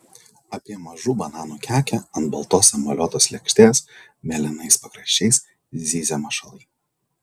apie mažų bananų kekę ant baltos emaliuotos lėkštės mėlynais pakraščiais zyzia mašalai